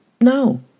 No